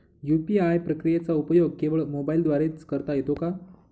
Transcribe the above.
UPI प्रक्रियेचा उपयोग केवळ मोबाईलद्वारे च करता येतो का?